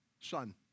son